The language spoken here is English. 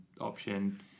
option